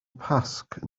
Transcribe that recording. pasg